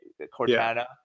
Cortana